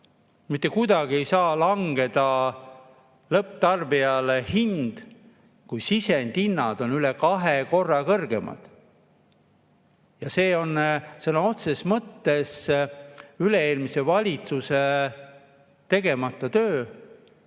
Mitte kuidagi ei saa langeda hind lõpptarbija jaoks, kui sisendhinnad on üle kahe korra kõrgemad. See on sõna otseses mõttes üle-eelmise valitsuse tegemata töö.